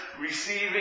receiving